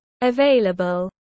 available